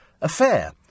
affair